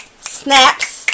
snaps